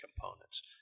components